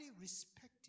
respected